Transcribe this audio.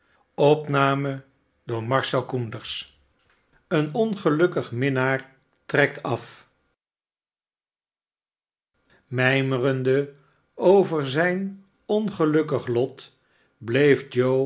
xxxi een ongelukftig minnaar trekt af mijmerende over zijn ongelukkig lot bleef